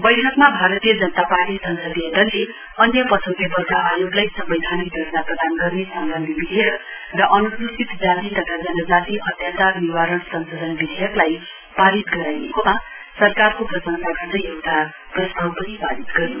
बैठकमा भारतीय जनता पार्टी संसदीय दलले अन्य पछौटे वर्ग आयोगलाई सम्वैधानिक दर्जा प्रदान गर्ने सम्बन्धी विधेयक र अनुसूचित जाति तथा जनजाति अत्याचार निवारण संशोधन विधेयकलाई पारित गराइएकोमा सरकारको प्रशंसा गर्दै एउटा प्रस्ताव पनि पारित गर्यो